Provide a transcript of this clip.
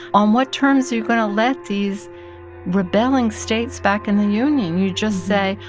on what terms are you going to let these rebelling states back in the union? you just say,